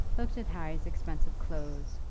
looked at harry's expensive clothes,